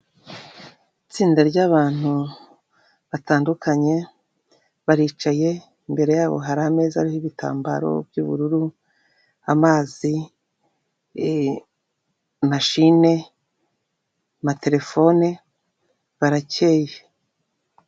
Itsinda ry'abantu batandukanye baricaye, imbere yabo hari ameza ariho ibitambaro by'ubururu amazi, mashine, amaterefone barakeye.